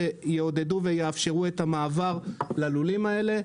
שיעודדו ויאפשרו את המעבר ללולים האלה: